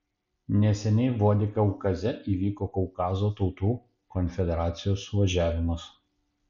neseniai vladikaukaze įvyko kaukazo tautų konfederacijos suvažiavimas